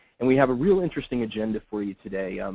and we have a real interesting agenda for you today.